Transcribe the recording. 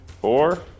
four